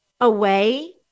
away